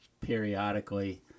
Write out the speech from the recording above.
periodically